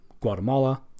Guatemala